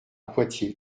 poitiers